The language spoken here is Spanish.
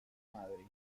madre